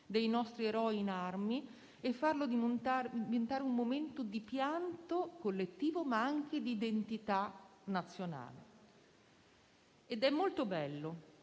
dei nostri eroi in armi e farlo diventare un momento di pianto collettivo, ma anche di identità nazionale. È molto bello